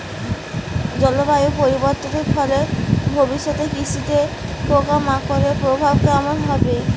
জলবায়ু পরিবর্তনের ফলে ভবিষ্যতে কৃষিতে পোকামাকড়ের প্রভাব কেমন হবে?